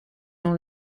dans